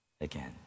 again